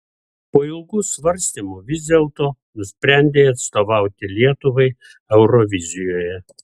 po ilgų svarstymų vis dėlto nusprendei atstovauti lietuvai eurovizijoje